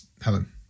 helen